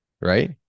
Right